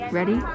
Ready